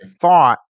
thought